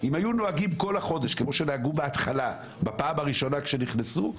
אם היו נוהגים כל החודש כמו שנהגו בפעם הראשונה כשנכנסו,